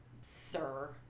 sir